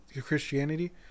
Christianity